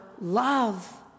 love